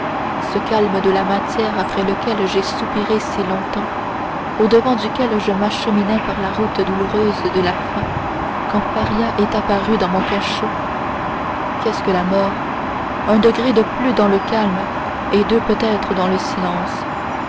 ce calme de la matière après lequel j'ai soupiré si longtemps au-devant duquel je m'acheminais par la route douloureuse de la faim quand faria est apparu dans mon cachot qu'est-ce que la mort un degré de plus dans le calme et deux peut-être dans le silence